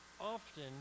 often